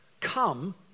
come